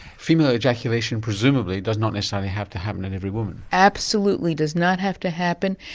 female ejaculation presumably does not necessarily have to happen in every woman? absolutely does not have to happen,